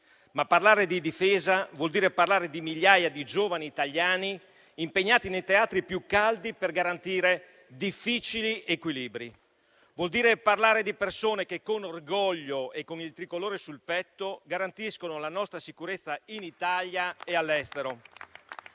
Parlare di difesa vuol dire però parlare di migliaia di giovani italiani impegnati nei teatri più caldi per garantire difficili equilibri; vuol dire parlare di persone che con orgoglio e con il Tricolore sul petto garantiscono la nostra sicurezza in Italia e all'estero